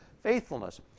faithfulness